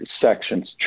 sections